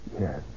Yes